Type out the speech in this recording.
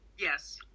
Yes